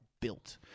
built